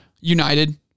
United